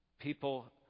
people